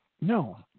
No